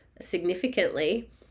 significantly